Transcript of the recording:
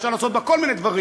אפשר לעשות בה כל מיני דברים,